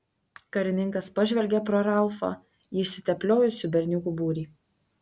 karininkas pažvelgė pro ralfą į išsitepliojusių berniukų būrį